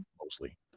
mostly